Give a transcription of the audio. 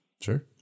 Sure